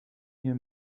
hier